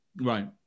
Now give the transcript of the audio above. Right